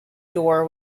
door